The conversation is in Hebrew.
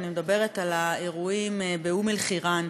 ואני מדברת על האירועים באום-אלחיראן,